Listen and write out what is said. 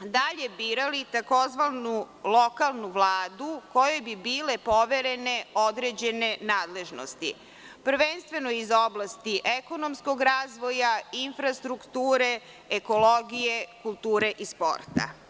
dalje birali takozvanu lokalnu Vladu kojoj bi bile poverene određene nadležnosti, prvenstveno iz oblasti ekonomskog razvoja, infrastrukture, ekologije, kulture i sporta.